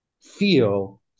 feel